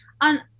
on